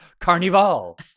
Carnival